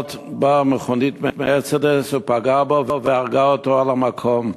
באה מכונית "מרצדס", פגעה בו והרגה אותו במקום.